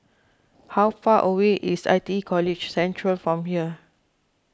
how far away is I T E College Central from here